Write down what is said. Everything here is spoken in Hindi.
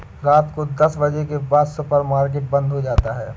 रात को दस बजे के बाद सुपर मार्केट बंद हो जाता है